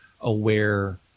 aware